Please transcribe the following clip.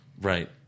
right